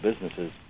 businesses